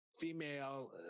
female